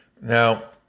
Now